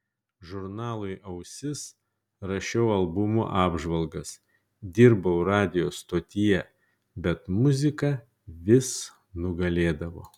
žurnalui ausis rašiau albumų apžvalgas dirbau radijo stotyje bet muzika vis nugalėdavo